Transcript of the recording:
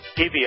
PBS